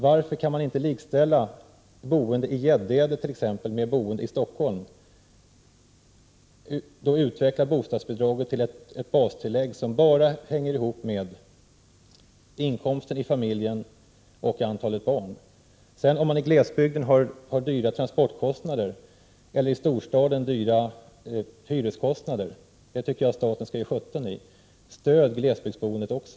Varför kan man inte likställa boende i t.ex. Gäddede med boende i Stockholm och utveckla bostadsbidraget till ett bastillägg som bara hänger ihop med inkomsten i familjen och antalet barn? Om människor i glesbygden har dyra transportkostnader och människor i storstaden dyra hyreskostnader, det tycker jag att staten skall ge sjutton i. Stöd glesbygdsboendet också!